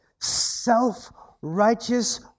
Self-righteous